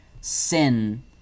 sin